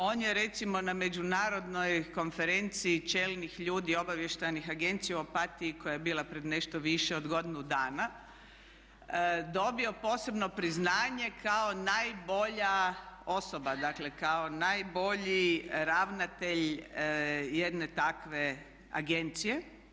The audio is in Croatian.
On je recimo na Međunarodnoj konferenciji čelnih ljudi obavještajnih agencija u Opatiji koja je bila pred nešto više od godinu dana dobio posebno priznanje kao najbolja osoba, dakle kao najbolji ravnatelj jedne takve agencije.